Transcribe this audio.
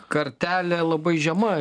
kartelė labai žema